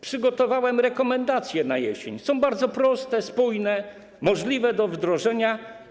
Przygotowałem rekomendacje na jesień, które są bardzo proste, spójne, możliwe do wdrożenia.